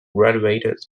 graduated